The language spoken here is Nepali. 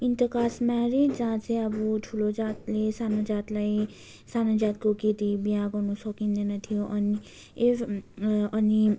इन्टरकास्ट म्यारिज जहाँ चाहिँ अब ठुलो जातले सानो जातलाई सानो जातको केटी बिहा गर्नु सकिँदैन थियो अनि इफ अनि